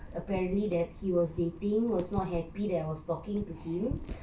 apparently that he was dating was not happy that I was talking to him